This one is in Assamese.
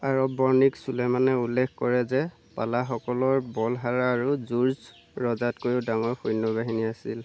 আৰব বণিক চুলেমানে উল্লেখ কৰে যে পালাসকলৰ বলহাৰা আৰু জুৰ্জ ৰজাতকৈও ডাঙৰ সৈন্যবাহিনী আছিল